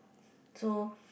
so